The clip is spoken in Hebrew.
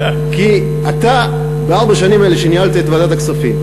כי בארבע השנים האלה שניהלת את ועדת הכספים,